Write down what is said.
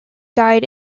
died